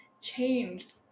changed